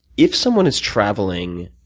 if someone is traveling.